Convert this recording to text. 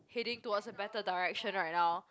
heading towards a better direction right now